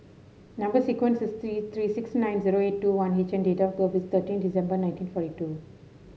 number sequence is three three six nine zero eight two one H and date of birth is thirteen December nineteen forty two